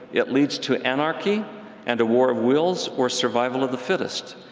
it leads to anarchy and a war of wills or survival of the fittest.